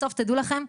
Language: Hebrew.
בסוף דעו לכם,